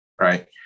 right